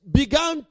began